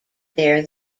there